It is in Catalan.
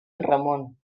ramon